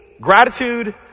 gratitude